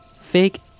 Fake